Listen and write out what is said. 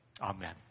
Amen